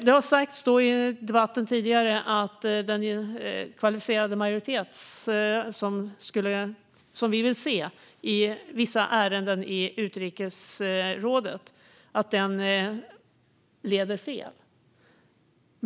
Det har sagts tidigare i debatten att den kvalificerade majoritet som vi vill se i vissa ärenden i utrikesrådet leder fel.